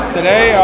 Today